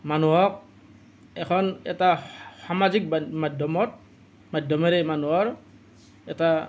মানুহক এখন এটা সামাজিক মা মাধ্যমত মাধ্যমেৰে মানুহৰ এটা